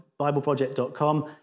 bibleproject.com